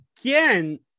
again